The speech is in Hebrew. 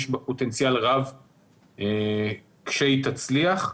יש בה פוטנציאל רב כשהיא תצליח,